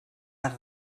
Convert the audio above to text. els